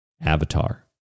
avatar